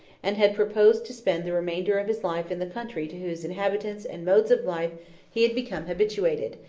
and had proposed to spend the remainder of his life in the country to whose inhabitants and modes of life he had become habituated,